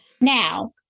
Now